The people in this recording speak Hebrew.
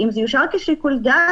אם זה יאושר כשיקול דעת,